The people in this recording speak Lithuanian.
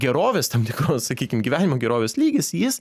gerovės tam tikros sakykim gyvenimo gerovės lygis jis